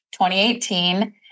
2018